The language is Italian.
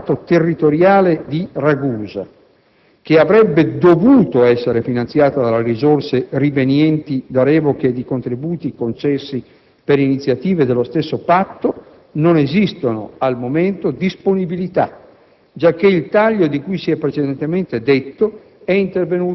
Conseguentemente, anche per la rimodulazione del Patto territoriale di Ragusa, che avrebbe dovuto essere finanziata dalle risorse rivenienti da revoche di contributi concessi per iniziative dello stesso Patto, non esistono al momento disponibilità,